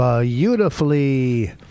Beautifully